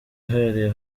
uhereye